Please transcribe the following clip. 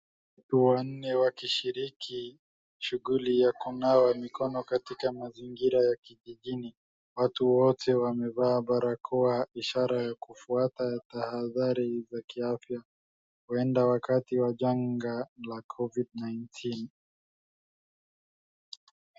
Watu wanne wakishiriki shughuli ya kunawa mikono katika mazingira ya kijijini. Watu wote wamevaa barakoa ishara ya kufwata tahadhari za kiafya, huenda wakti wa janga la Covid nineteen .